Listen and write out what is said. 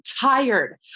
tired